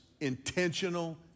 intentional